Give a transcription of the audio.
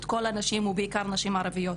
כל הנשים ובעיקר נשים ערביות?